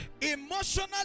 emotional